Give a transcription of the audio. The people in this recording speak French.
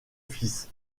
fils